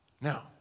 Now